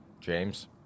James